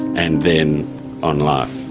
and then on life.